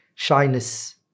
Shyness